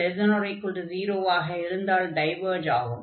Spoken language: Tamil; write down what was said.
m≤0 ஆக இருந்தால் டைவர்ஜ் ஆகும்